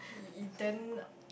y~ then